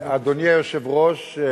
אדוני היושב-ראש,